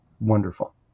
wonderful